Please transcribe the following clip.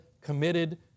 committed